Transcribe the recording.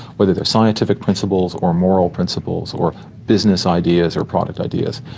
whether they're scientific principles or moral principles, or business ideas, or product ideas,